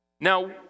Now